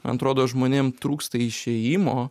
an trodo žmonėm trūksta išėjimo